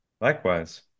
Likewise